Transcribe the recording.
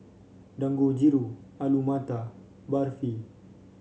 Dangojiru Alu Matar Barfi